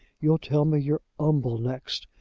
you'll tell me you're umble next.